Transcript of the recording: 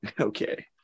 Okay